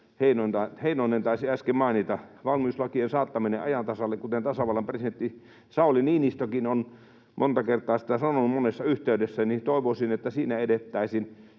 Heinonen taisi äsken mainita: valmiuslakien saattaminen ajan tasalle, kuten tasavallan presidentti Sauli Niinistökin on monta kertaa sanonut monessa yhteydessä. Toivoisin, että siinä edettäisiin,